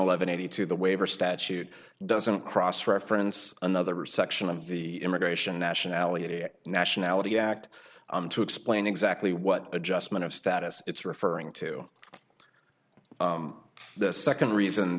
eleven eighty two the waiver statute doesn't cross reference another section of the immigration nationality nationality act on to explain exactly what adjustment of status it's referring to the second reason